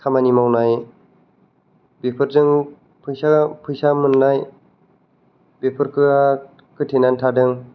खामानि मावनाय बेफोरजों फैसा फैसा मोननाय बेफोरा होथेनानै थादों